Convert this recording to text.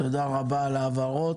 תודה רבה על ההבהרות.